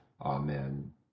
Amen